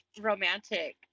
romantic